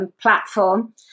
platform